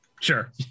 sure